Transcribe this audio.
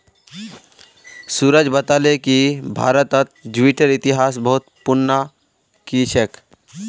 सूरज बताले कि भारतत जूटेर इतिहास बहुत पुनना कि छेक